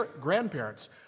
grandparents